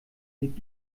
liegt